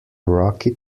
rocky